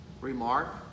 remark